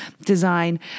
design